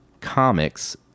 comics